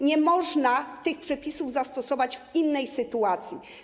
Nie można tych przepisów zastosować w innej sytuacji.